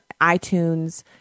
iTunes